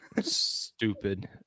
stupid